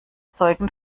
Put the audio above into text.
zeugen